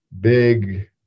big